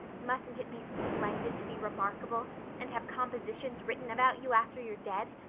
mustn't it be splendid to be remarkable and have compositions written about you after you're dead?